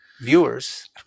viewers